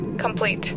complete